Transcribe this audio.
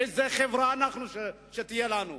איזה חברה תהיה לנו?